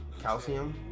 Calcium